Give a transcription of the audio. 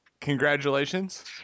Congratulations